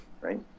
right